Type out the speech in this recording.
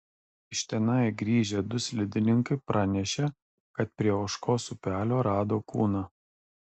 iš tenai grįžę du slidininkai pranešė kad prie ožkos upelio rado kūną